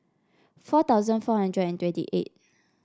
four thousand four hundred and twenty eight